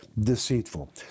deceitful